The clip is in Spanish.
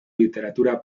literatura